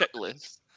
checklist